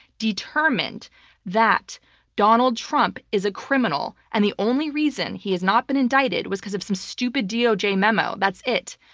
determined that donald trump is a criminal, and the only reason he has not been indicted was because of some stupid doj memo. that's it.